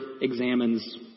examines